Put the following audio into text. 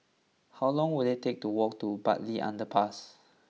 how long will it take to walk to Bartley Underpass